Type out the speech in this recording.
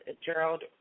Gerald